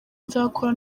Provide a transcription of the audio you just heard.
nzakora